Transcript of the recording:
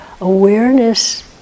awareness